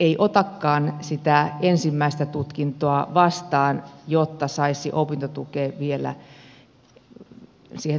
ei otakaan sitä ensimmäistä tutkintoa vastaan jotta saisi opintotukea vielä siihen toiseenkin